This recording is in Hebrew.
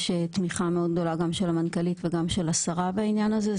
יש תמיכה מאוד גדולה גם של המנכ"לית וגם של השרה בעניין הזה.